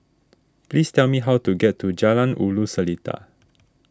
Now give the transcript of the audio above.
please tell me how to get to Jalan Ulu Seletar